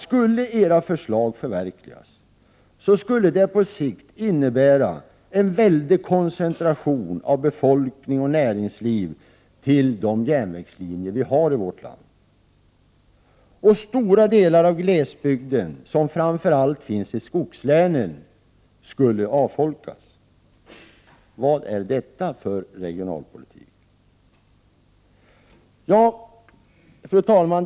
Skulle era förslag 7 förverkligas, skulle det på sikt innebära en väldig koncentration av befolkning och näringsliv till de järnvägslinjer vi har i vårt land. Stora delar av glesbygden, som framför allt finns i skogslänen, skulle avfolkas. Vad är detta för regionalpolitik? Fru talman!